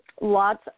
lots